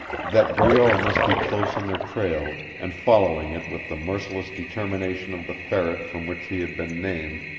that breault must be close on their trail, and following it with the merciless determination of the ferret from which he had been named,